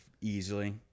easily